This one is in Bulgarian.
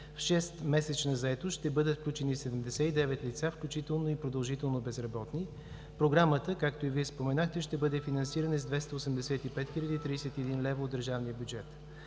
В шестмесечна заетост ще бъдат включени 79 лица, включително и продължително безработни. Програмата, както и Вие споменахте, ще бъде финансирана с 285 000,31 лв. от държавния бюджет.